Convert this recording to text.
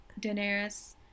Daenerys